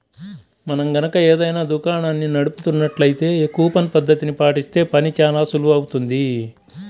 మనం గనక ఏదైనా దుకాణాన్ని నడుపుతున్నట్లయితే కూపన్ పద్ధతిని పాటిస్తే పని చానా సులువవుతుంది